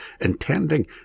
intending